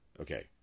Okay